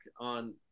on